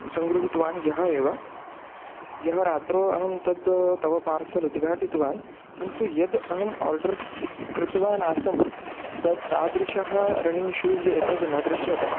सङ्ग्रहीतवान् ह्यः एव ह्यः रात्रौ अहं तद् तव पार्सेल् उद्घाटितवान् किन्तु यद् अहम् आर्डर् कृतवान् आसम् तत् तादृशः रनिङ्ग् शू़ज़् एतद् न दृश्यते